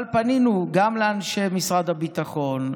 אבל פנינו גם לאנשי משרד הביטחון,